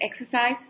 exercise